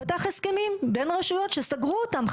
פתח הסכמים בין רשויות שסגרו אותם,